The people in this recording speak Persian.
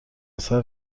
اثر